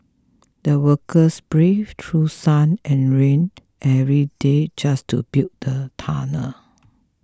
the workers braved through sun and rain every day just to build the tunnel